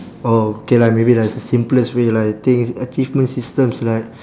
orh K lah maybe there's a simplest way lah I think achievement systems like